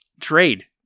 trade